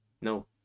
No